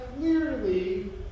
clearly